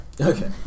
Okay